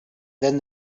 then